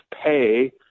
pay